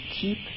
keep